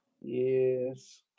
Yes